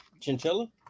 chinchilla